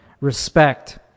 respect